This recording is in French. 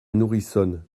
nourrissonne